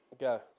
Go